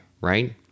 right